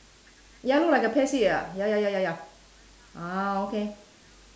ya look like a pear shape ah ya ya ya ya ya ah okay